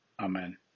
Amen